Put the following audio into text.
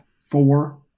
four